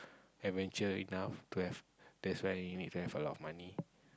adventure enough to have that's why you need to have a lot of money